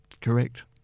correct